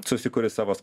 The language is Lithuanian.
susikuri savo